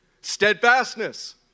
Steadfastness